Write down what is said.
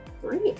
Great